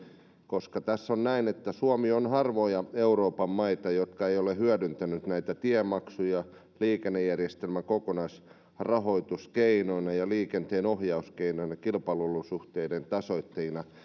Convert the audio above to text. koska tässä on näin että suomi on harvoja euroopan maita jotka eivät ole hyödyntäneet tiemaksuja liikennejärjestelmän kokonaisrahoituskeinoina ja liikenteen ohjauskeinoina kilpailuolosuhteiden tasoittajina